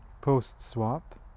post-swap